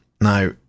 Now